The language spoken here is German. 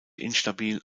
instabil